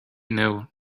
know